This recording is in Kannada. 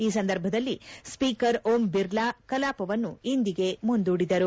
ಈ ಸಂದರ್ಭದಲ್ಲಿ ಸ್ಪೀಕರ್ ಓಂ ಬಿರ್ಲಾ ಕಲಾಪವನ್ನು ಇಂದಿಗೆ ಮುಂದೂಡಿದರು